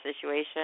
situation